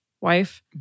wife